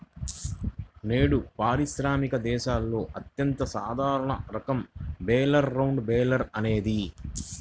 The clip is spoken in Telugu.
నేడు పారిశ్రామిక దేశాలలో అత్యంత సాధారణ రకం బేలర్ రౌండ్ బేలర్ అనేది